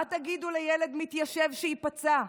מה תגידו לילד מתיישב שייפצע?